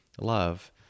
love